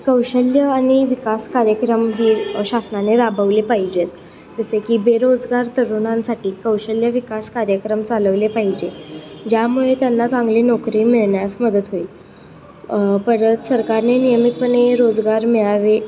कौशल्य आणि विकास कार्यक्रम ही शासनाने राबवले पाहिजेत जसे की बेरोजगार तरुणांसाठी कौशल्य विकास कार्यक्रम चालवले पाहिजे ज्यामुळे त्यांना चांगली नोकरी मिळण्यास मदत होईल परत सरकारने नियमितपणे रोजगार मेळावे